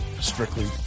Strictly